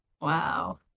Wow